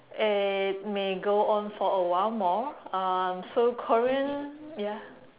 it may go on for a while more um so korean ya